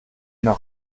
noch